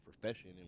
profession